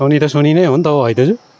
Sony त सोनी नै हो नि त हौ है दाजु